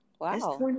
Wow